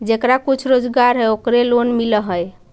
जेकरा कुछ रोजगार है ओकरे लोन मिल है?